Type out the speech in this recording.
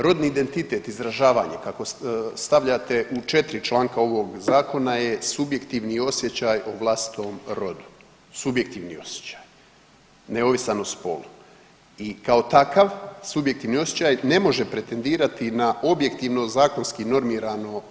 Rodni identitet izražavanje kako stavljate u četiri članka ovog zakona je subjektivni osjećaj o vlastitom rodu, subjektivni osjećaj neovisan o spolu i kao takav subjektivni osjećaj ne može pretendirati na objektivno zakonski normirano